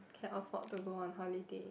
can afford to go on holiday